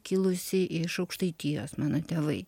kilusi iš aukštaitijos mano tėvai